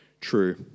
true